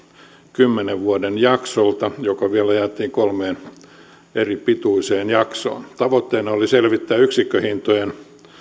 kymmenen vuoden jaksolta joka vielä jaettiin kolmeen eri pituiseen jaksoon tavoitteena oli selvittää yksikköhintojen